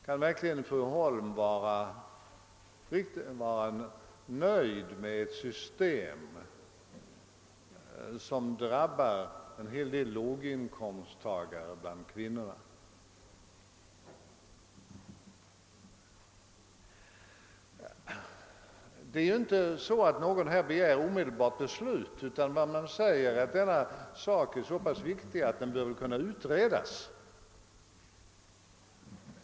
Kan verkligen fru Håvik vara nöjd med ett system som drabbar en hel del låginkomsttagare bland kvinnorna? Ingen begär något omedelbart beslut, utan man menar att denna fråga är så pass viktig att den mycket väl bör kunna utredas.